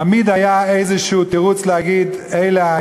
תמיד היה איזה תירוץ להגיד: אלה,